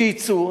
שיצאו,